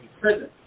prison